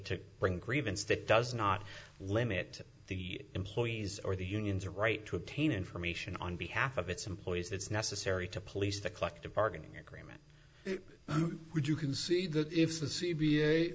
to bring grievance that does not limit the employees or the unions or right to obtain information on behalf of its employees it's necessary to police the collective bargaining agreement would you concede that if